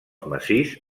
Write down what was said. massís